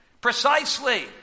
Precisely